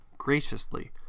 graciously